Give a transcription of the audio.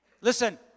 Listen